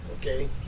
okay